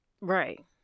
Right